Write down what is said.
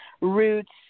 roots